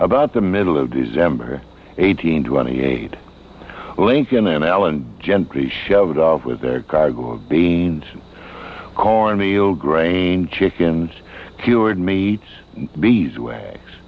about the middle of december eight hundred twenty eight lincoln and allen gentry shoved off with their cargo of beans corn meal grain chickens cured meats bees wa